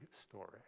story